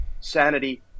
sanity